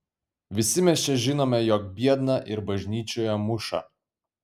visi mes čia žinome jog biedną ir bažnyčioje muša